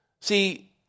See